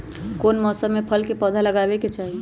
कौन मौसम में फल के पौधा लगाबे के चाहि?